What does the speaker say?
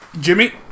Jimmy